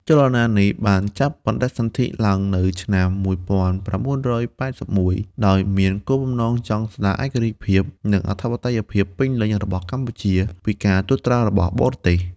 ចលនានេះបានចាប់បដិសន្ធិឡើងនៅឆ្នាំ១៩៨១ ដោយមានបំណងចង់ស្ដារឯករាជ្យភាព និងអធិបតេយ្យភាពពេញលេញរបស់កម្ពុជាពីការត្រួតត្រារបស់បរទេស។